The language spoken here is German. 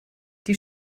die